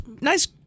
nice